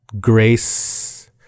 grace